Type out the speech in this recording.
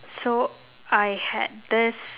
so I had this